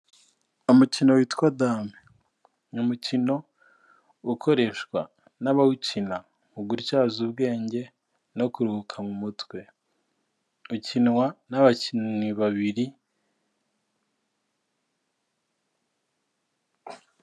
Umukino witwa dame ni umukino ukoreshwa n'abawukina mu gutyaza ubwenge no kuruhuka mu mutwe, ukinwa n'abakinnyi babiri.